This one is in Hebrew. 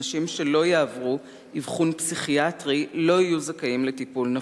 אנשים שלא יעברו אבחון פסיכיאטרי לא יהיו זכאים לטיפול נפשי,